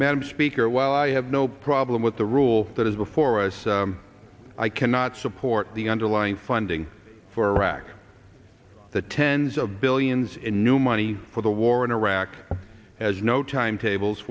madam speaker while i have no problem with the rule that is before us i cannot support the underlying funding for iraq the tens of billions in new money for the war in iraq has no timetables